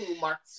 Mark